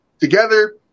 together